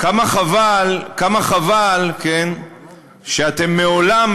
כמה חבל שאתם מעולם,